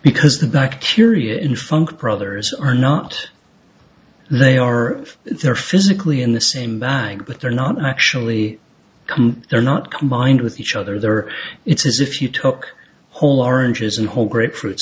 because the bacteria in funk brothers are not they are if they're physically in the same bag but they're not actually come they're not combined with each other they are it's as if you took whole oranges and whole great fruits